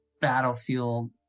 battlefield